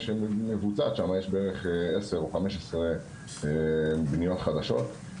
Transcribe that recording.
שמבוצעת שם יש בערך עשר או 15 בניות חדשות.